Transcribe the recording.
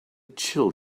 chill